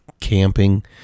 camping